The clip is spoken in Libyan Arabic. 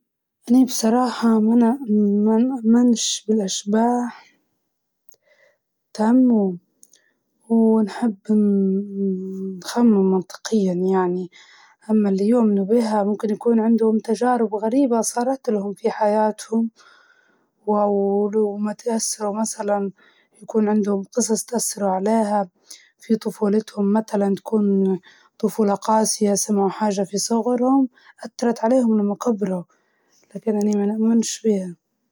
مرة كنت ماشية بدون تركيز، فجأة سيارة قريبة تفدتني بأعجوبة، بحس وقتها إنه ربي سترني وحماني وكانت لحظة ما بنساها.